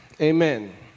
Amen